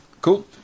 cool